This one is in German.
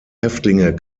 häftlinge